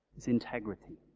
is integrity.